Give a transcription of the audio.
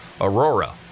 Aurora